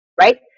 Right